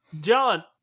John